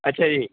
ਅੱਛਾ ਜੀ